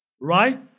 Right